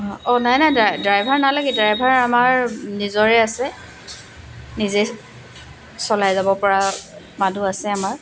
অঁ নাই নাই ডা ড্ৰাইভাৰ নালাগে ড্ৰাইভাৰ আমাৰ নিজৰে আছে নিজে চলাই যাব পৰা মানুহ আছে আমাৰ